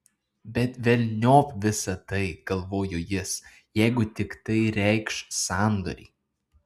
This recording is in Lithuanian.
bet velniop visa tai galvojo jis jeigu tik tai reikš sandorį